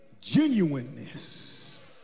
genuineness